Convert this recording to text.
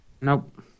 nope